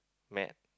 met